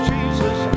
Jesus